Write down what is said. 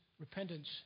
Repentance